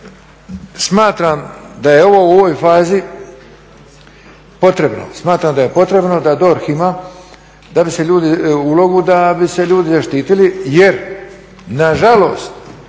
Smatram da je ovo u ovoj fazi potrebno, smatram da je potrebno da DORH ima ulogu da bi se ljudi zaštitili jer nažalost